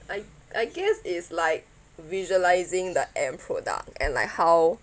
I I guess is like visualising the end product and like how